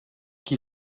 qui